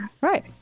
Right